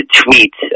tweet